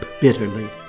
bitterly